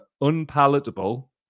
unpalatable